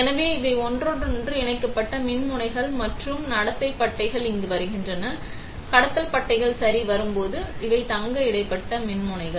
எனவே அவை ஒன்றோடொன்று இணைக்கப்பட்ட மின்முனைகள் மற்றும் நடத்தை பட்டைகள் இங்கு வருகின்றன கடத்தல் பட்டைகள் சரி வரும்போது இவை தங்க இடைப்பட்ட மின்முனைகள்